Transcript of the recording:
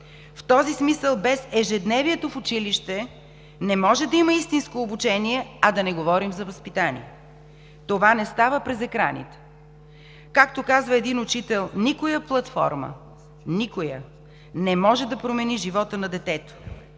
В този смисъл, без ежедневието в училище не може да има истинско обучение, а да не говорим за възпитание – това не става през екраните. Както казва един учител: никоя платформа, никоя, не може да промени живота на детето,